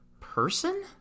person